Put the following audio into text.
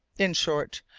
in short,